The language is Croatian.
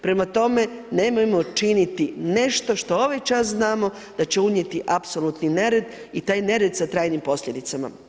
Prema tome, nemojmo činiti nešto što ovaj čas znamo da će unijeti apsolutni nered i taj nered sa trajnim posljedicama.